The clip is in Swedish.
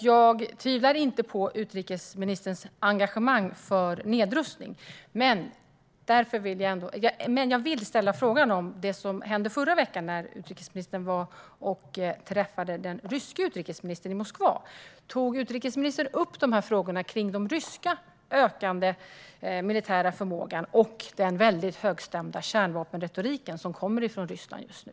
Jag tvivlar inte på utrikesministerns engagemang för nedrustning, men jag vill ställa en fråga om vad som hände förra veckan när utrikesministern var i Moskva och träffade den ryske utrikesministern. Tog utrikesministern upp dessa frågor kring den ryska ökande militära förmågan och den väldigt högstämda kärnvapenretoriken som kommer från Ryssland just nu?